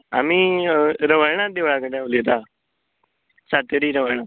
आमी रवळनाथ देवळा कडेन उलयतात सातेरी रवळनाथ